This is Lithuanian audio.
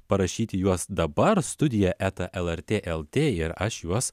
parašyti juos dabar studija eta lrt lt ir aš juos